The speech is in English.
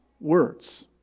words